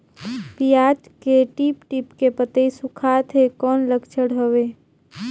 पियाज के टीप टीप के पतई सुखात हे कौन लक्षण हवे?